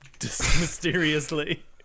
mysteriously